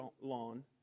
lawn